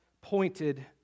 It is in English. pointed